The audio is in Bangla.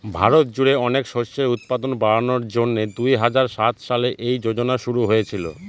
ভারত জুড়ে অনেক শস্যের উৎপাদন বাড়ানোর জন্যে দুই হাজার সাত সালে এই যোজনা শুরু হয়েছিল